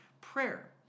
prayer